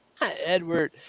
Edward